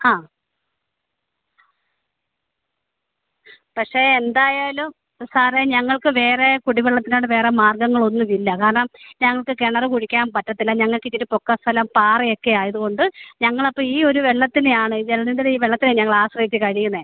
ആ പക്ഷെ എന്തായാലും സാറേ ഞങ്ങൾക്ക് വേറെ കുടിവെള്ളത്തിനായിട്ട് വേറെ മാർഗ്ഗങ്ങളൊന്നും ഇല്ല കാരണം ഞങ്ങൾക്ക് കിണറ് കുഴിക്കാൻ പറ്റത്തില്ല ഞങ്ങൾക്ക് ഇച്ചിരി പൊക്ക സ്ഥലം പാറയൊക്കെ ആയതുകൊണ്ട് ഞങ്ങൾ അപ്പം ഈ ഒരു വെള്ളത്തിനെയാണ് ജനജീവൻ്റെ ഈ വെള്ളത്തെയാ ഞങ്ങൾ ആശ്രയിച്ച് കഴിയുന്നത്